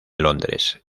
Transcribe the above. londres